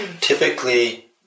typically